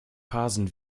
phasen